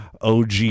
OG